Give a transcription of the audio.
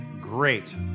great